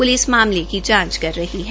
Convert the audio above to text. police मामले की जांच कर रही है